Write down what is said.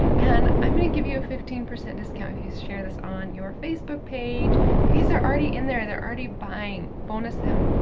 and i'm gonna give you a fifteen percent discount if you share this on your facebook page because they're already in there, and they're already buying. bonus them,